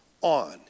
on